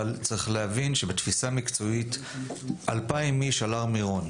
אבל צריך להבין שבתפיסה המקצועית אלפיי איש על הר מירון